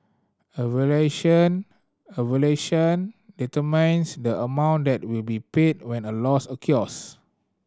a valuation a valuation determines the amount that will be paid when a loss occurs